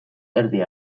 erdi